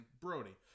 Brody